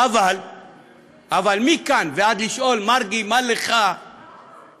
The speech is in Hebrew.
אבל מכאן ועד לשאול: מרגי, מה לך ולהרצל?